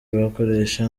bakoresha